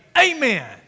amen